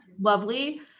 lovely